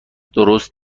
درست